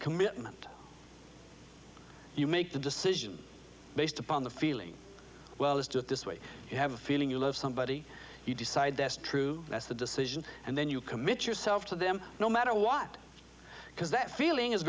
commitment you make the decision based upon the feeling well as do it this way you have a feeling you love somebody you decide that's true that's the decision and then you commit yourself to them no matter what because that feeling is